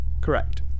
Correct